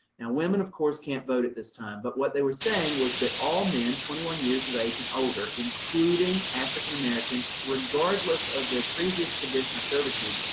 now women, of course, can't vote at this time, but what they were saying was that all men, twenty one years of age and older, including african-americans, regardless of their previous condition of servitude,